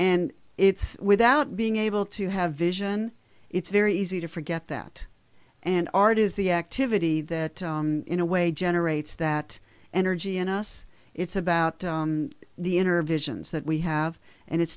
and it's without being able to have vision it's very easy to forget that and art is the activity that in a way generates that energy in us it's about the inner visions that we have and it